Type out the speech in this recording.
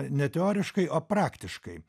ne teoriškai o praktiškai